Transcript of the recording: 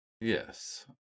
Yes